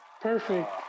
Perfect